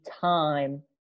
time